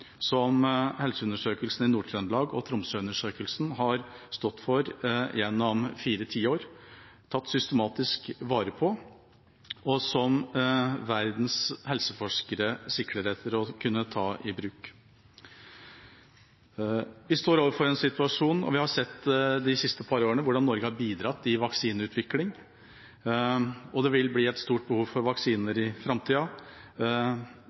som Helseundersøkelsen i Nord-Trøndelag og Tromsøundersøkelsen har stått for gjennom fire tiår og tatt systematisk vare på, og som verdens helseforskere sikler etter å kunne ta i bruk. Vi har de siste par årene sett hvordan Norge har bidratt i vaksineutvikling. Det vil bli et stort behov for vaksiner i framtida.